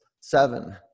seven